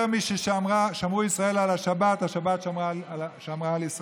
יותר מששמרו ישראל על השבת, השבת שמרה על ישראל.